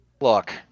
look